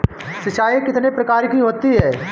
सिंचाई कितनी प्रकार की होती हैं?